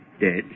dead